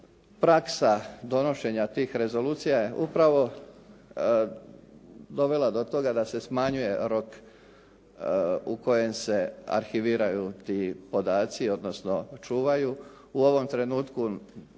praksa donošenja tih rezolucija je upravo dovela do toga da se smanjuje rok u kojem se arhiviraju ti podaci odnosno čuvaju. U ovom trenutku